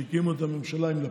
כשהקימו את הממשלה עם לפיד,